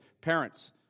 Parents